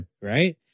Right